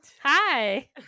hi